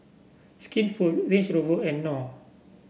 Skinfood Range Rover and Knorr